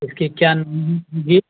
اس کی کیا نام گی